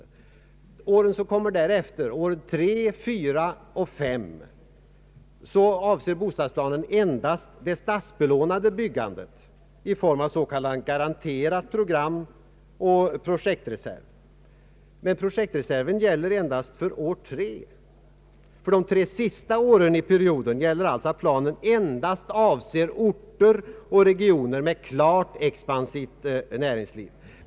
För åren som kommer därefter, 3, 4 och 5, avser bostadsplanen endast det statsbelånade byggandet i form av s.k. garanterat program och en projektreserv. Projektreserven gäller dock endast för år 3. För de tre sista åren i perioden avser planen alltså endast orter och regioner med klart expansivt näringsliv.